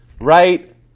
right